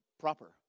proper